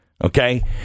Okay